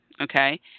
Okay